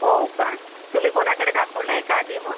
हो का तुम्ही कोणाकडे दाखवलंय का आधी मग